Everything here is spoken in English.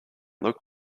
look